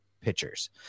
pitchers